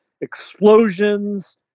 explosions